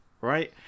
right